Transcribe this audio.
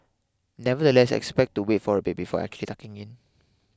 nonetheless expect to wait for a bit before actually tucking in